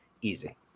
Easy